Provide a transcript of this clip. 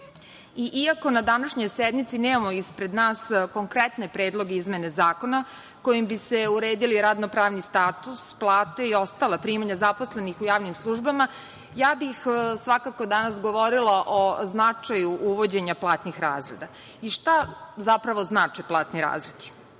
na današnjoj sednici nemamo ispred nas konkretne predloge izmena zakona, kojima bi se uredio radno-pravni status, plate i ostala primanja zaposlenih u javnim službama, ja bih svakako danas govorila o značaja uvođenja platnih razreda i šta zapravo znače platni